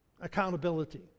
accountability